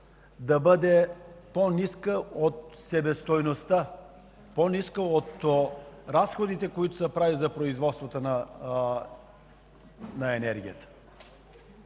да бъде по-ниска от себестойността, по-ниска от разходите, които се правят за производството на енергията.